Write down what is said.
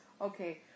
Okay